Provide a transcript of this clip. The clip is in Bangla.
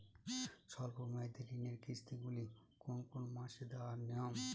স্বল্প মেয়াদি ঋণের কিস্তি গুলি কোন কোন মাসে দেওয়া নিয়ম?